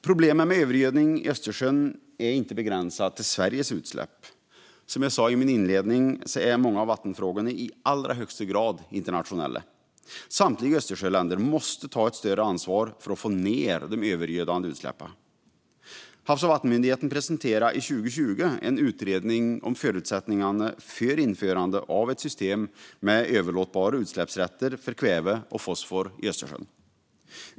Problemet med övergödning i Östersjön är inte begränsat till Sveriges utsläpp. Som jag sa i min inledning är många av vattenfrågorna i allra högsta grad internationella. Samtliga Östersjöländer måste ta ett större ansvar för att få ned de övergödande utsläppen. Havs och vattenmyndigheten presenterade 2020 en utredning om förutsättningarna för införande av ett system med överlåtbara utsläppsrätter för kväve och fosfor i Östersjön.